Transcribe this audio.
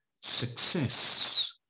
success